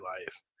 life